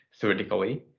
theoretically